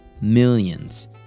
millions